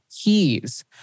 keys